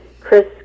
Chris